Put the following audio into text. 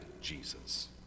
Jesus